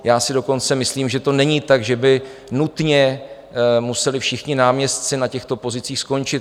Já si dokonce myslím, že to není tak, že by nutně museli všichni náměstci na těchto pozicích skončit.